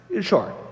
sure